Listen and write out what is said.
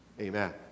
Amen